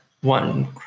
one